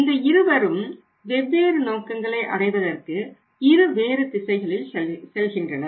இந்த இருவரும் வெவ்வேறு நோக்கங்களை அடைவதற்கு இருவேறு திசைகளில் செல்கின்றனர்